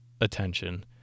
attention